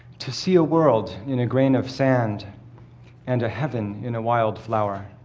to see a world in a grain of sand and a heaven in a wild flower,